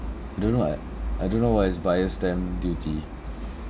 I don't know what I don't know what is buyer's stamp duty